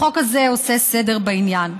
החוק הזה עושה סדר בעניין.